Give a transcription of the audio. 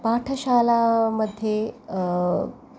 पाठशाला मध्ये